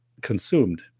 consumed